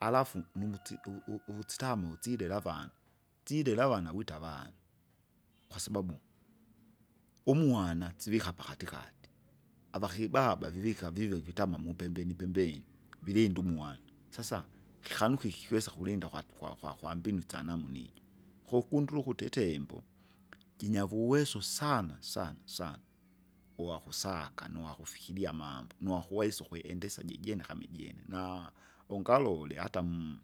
Alafu muvuti uvu- uvu- uvutsitamu silela avana, silela avana wita avana, kwasababu, umwana sivika pakatikati, avakibaba vivika vive vitama mupembeni pembeni, vilinde umwana, sasa, kikanuki kiwesa kulinda kwatu kwa- kwa- kwambinu isyanamuna ijo, kokundule ukute itembo, jinyavuwezo sana sana sana, uwakusaka nuwakufikiria amambo, nuwakuwaisa ukwe- endesa jijene kama ijene, na ungalole hata.